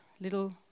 little